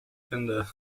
kinder